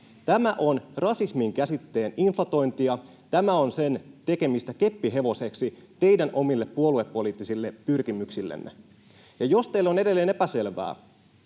Tämä on rasismin käsitteen inflatointia, tämä on sen tekemistä keppihevoseksi teidän omille puoluepoliittisille pyrkimyksillenne. Jos teille on edelleen epäselvää,